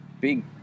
big